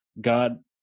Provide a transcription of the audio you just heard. God